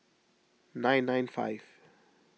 nine nine five